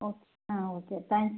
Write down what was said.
ஓ ஆ சரி தேங்க்ஸ்